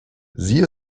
sie